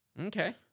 Okay